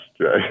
Jay